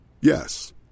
Yes